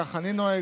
כך אני נוהג,